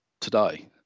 today